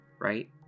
right